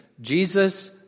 Jesus